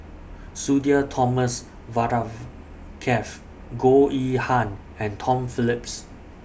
Sudhir Thomas Vadaketh Goh Yihan and Tom Phillips